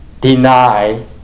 deny